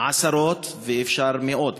עשרות, ואפשר שגם מאות,